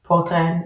Fortran,